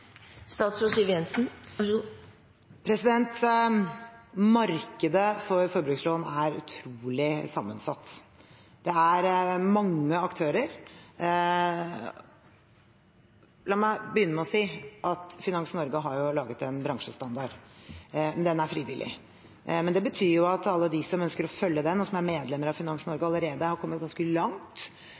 Markedet for forbrukslån er utrolig sammensatt. Det er mange aktører. La meg begynne med å si at Finans Norge har laget en bransjestandard. Den er frivillig, men det betyr at alle de som ønsker å følge den, og som er medlemmer av Finans Norge, allerede har kommet ganske langt